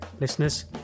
listeners